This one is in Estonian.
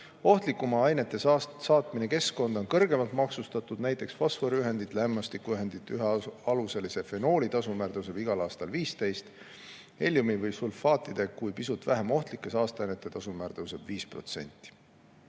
Ohtlikumate ainete saatmine keskkonda on kõrgemalt maksustatud. Näiteks fosforiühendite, lämmastikuühendite ja ühealuseliste fenoolide tasu määr tõuseb igal aastal 15%, heljumi või sulfaatide kui pisut vähem ohtlike saasteainete tasu määr tõuseb 5%.